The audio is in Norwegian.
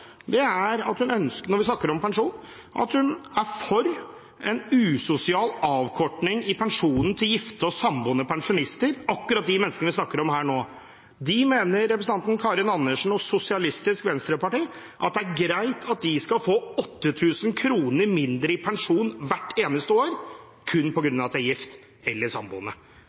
er at hun er for en usosial avkorting i pensjonen til gifte og samboende pensjonister, akkurat de menneskene vi snakker om her nå. Karin Andersen og Sosialistisk Venstreparti mener det er greit at de skal få 8 000 kr mindre i pensjon hvert eneste år kun på